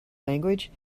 language